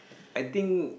I think